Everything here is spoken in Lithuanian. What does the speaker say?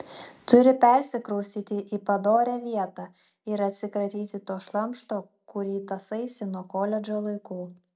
turi persikraustyti į padorią vietą ir atsikratyti to šlamšto kurį tąsaisi nuo koledžo laikų